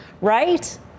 right